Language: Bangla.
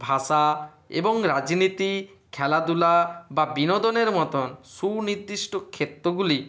ভাষা এবং রাজনীতি খেলাধুলা বা বিনোদনের মতন সুনির্দিষ্ট ক্ষেত্রগুলি